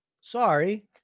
Sorry